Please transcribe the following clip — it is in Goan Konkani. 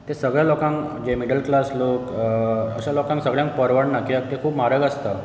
ते सगळ्या लोकांक जे मिडल क्लास लोक अश्या लोकांक सगळ्यांक परवडना कित्याक ते खूब म्हारग आसता